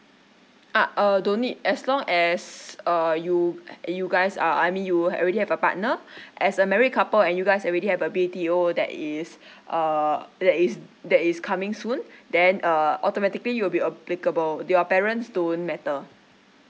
ah uh don't need as long as err you you guys are I mean you already have a partner as a married couple and you guys already have a B_T_O that is uh that is that is coming soon then uh automatically you'll be applicable your parents don't matter